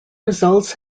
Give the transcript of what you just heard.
results